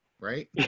right